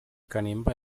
kanimba